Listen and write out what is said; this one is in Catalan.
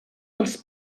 dels